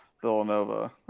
Villanova